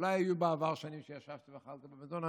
אולי היו בעבר שנים שישבתי ואכלתי במזנון.